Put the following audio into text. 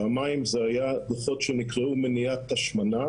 פעמיים אלה היו דוחות שנקראו מניעת השמנה,